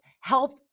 health